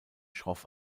schroff